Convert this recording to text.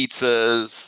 pizzas